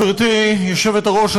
גברתי היושבת-ראש,